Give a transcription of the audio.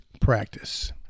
practice